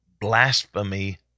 blasphemy